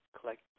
collect